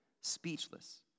speechless